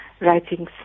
writing